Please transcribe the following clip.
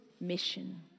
mission